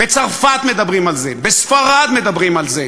בצרפת מדברים על זה,